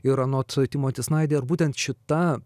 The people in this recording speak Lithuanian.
ir anot timo tisnaider būtent šita